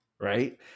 Right